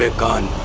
ah god